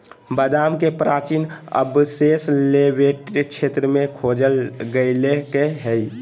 बादाम के प्राचीन अवशेष लेवेंट क्षेत्र में खोजल गैल्के हइ